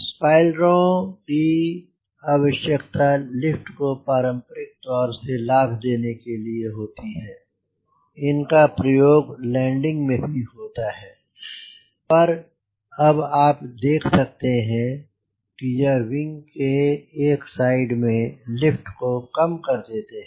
स्पॉइलरों की आवश्यकता लिफ्ट को पारंपरिक तौर से लाभ देने के लिए होती है इनका प्रयोग लैंडिंग में भी होता है पर अब आप देख सकते हो ये विंग के एक साइड में लिफ्ट को कम कर देते हैं